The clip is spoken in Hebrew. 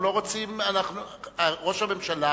ראש הממשלה